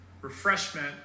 Refreshment